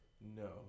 No